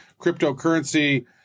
cryptocurrency